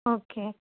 okay